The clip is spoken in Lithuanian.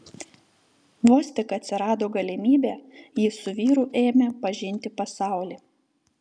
vos tik atsirado galimybė ji su vyru ėmė pažinti pasaulį